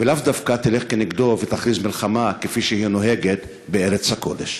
ולאו דווקא תלך כנגדו ותכריז מלחמה כפי שהיא נוהגת בארץ הקודש.